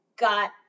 got